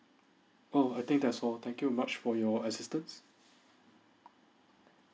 oh I think that's all thank you very much for your assistance